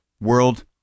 World